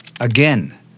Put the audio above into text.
Again